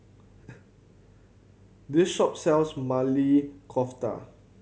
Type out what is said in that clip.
this shop sells Maili Kofta